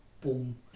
boom